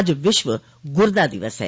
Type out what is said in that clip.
आज विश्व गुर्दा दिवस है